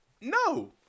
No